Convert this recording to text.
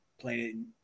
playing